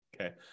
okay